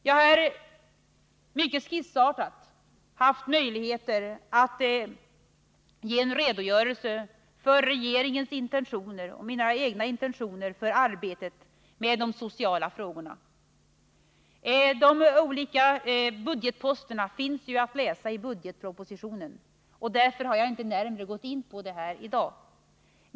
Jag har här mycket skissartat givit en redogörelse för regeringens och mina egna intentioner för arbetet med de sociala frågorna. De olika budgetpos terna är ju redovisade i budgetpropositionen, och därför har jag inte närmare gått in på dem i dag.